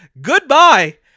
Goodbye